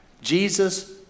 Jesus